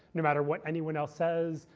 no matter what anyone else says.